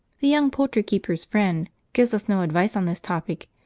the young poultry keeper's friend gives us no advice on this topic,